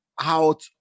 out